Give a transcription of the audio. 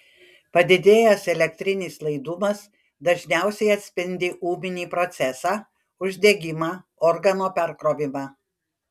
padidėjęs elektrinis laidumas dažniausiai atspindi ūminį procesą uždegimą organo perkrovimą